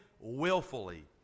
willfully